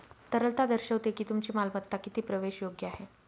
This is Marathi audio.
तरलता दर्शवते की तुमची मालमत्ता किती प्रवेशयोग्य आहे